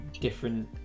different